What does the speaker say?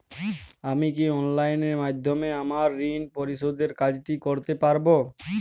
আমি কি অনলাইন মাধ্যমে আমার ঋণ পরিশোধের কাজটি করতে পারব?